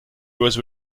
has